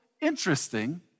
interesting